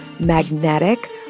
magnetic